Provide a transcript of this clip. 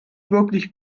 wirklich